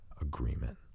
agreement